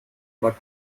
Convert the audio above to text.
but